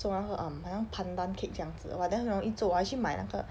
做那个 um 很像 pandan cake 这样子 !wah! then 很容易做我还去买那